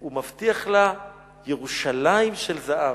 הוא מבטיח לה "ירושלים של זהב".